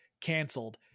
canceled